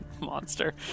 Monster